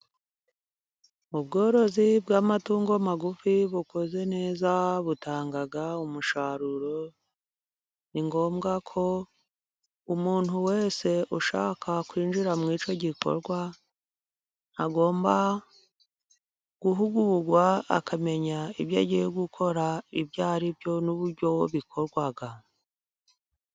Ubworozi bw'amatungo magufi bukozwe neza butanga umusaruro. Ni ngombwa ko umuntu wese ushaka kwinjira mu icyo gikorwa agomba guhugurwa, akamenya ibyo agiye gukora ibyo aribyo n'uburyo bikorwa.